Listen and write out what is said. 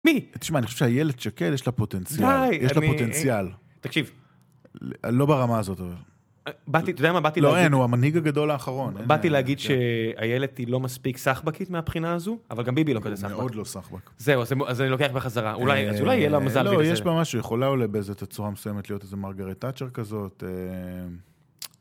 מי? תשמע אני חושב שאיילת שקד יש לה פוטנציאל, יש לה פוטנציאל. תקשיב. לא ברמה הזאת אבל. באתי, אתה יודע מה באתי להגיד? לא יענו המנהיג הגדול האחרון. באתי להגיד שאיילת היא לא מספיק סחבקית מהבחינה הזו, אבל גם ביבי לא כזה סחבק. הוא מאוד לא סחבק. זהו, אז אני לוקח בחזרה. אולי, אז אולי יהיה לה מזל בגלל זה. לא, יש בה משהו, יכולה אולי באיזו תצורה מסוימת להיות איזה מרגרט תאצ'ר כזאת.